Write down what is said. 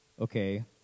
okay